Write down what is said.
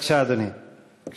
בבקשה, אדוני.